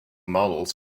models